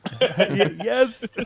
yes